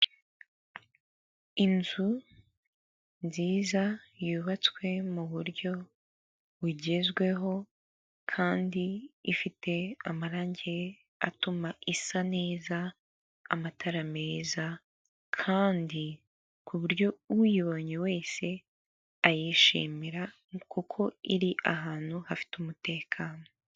Inzu nziza yubatswe mu buryo bugezweho kandi ifite amarangi atuma isa neza, amatara meza kandi ku buryo uyibonye wese ayishimira kuko iri ahantu hafite umutekano.